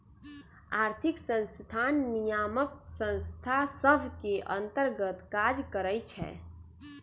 आर्थिक संस्थान नियामक संस्था सभ के अंतर्गत काज करइ छै